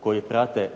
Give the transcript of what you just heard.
koji prate